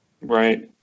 right